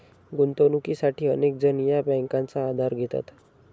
गुंतवणुकीसाठी अनेक जण या बँकांचा आधार घेतात